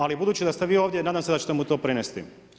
Ali, budući da ste ovi ovdje, nadam se da ćete mu vi to prenesti.